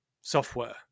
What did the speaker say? software